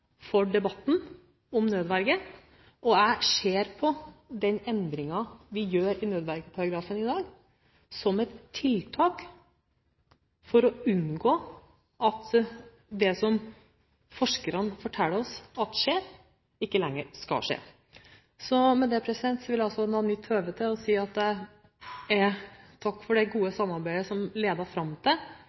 for debatten om nødverge. Jeg ser på den endringen vi gjør i nødvergeparagrafen i dag, som et tiltak for å unngå at det som forskerne forteller oss skjer, ikke lenger skal skje. Med det vil jeg også benytte høvet til å si takk for det gode samarbeidet som ledet fram til